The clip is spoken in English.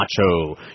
macho